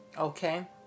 Okay